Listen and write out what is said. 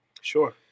sure